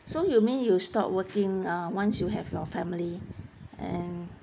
so you mean you stop working uh once you have your family and